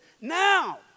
now